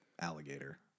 Alligator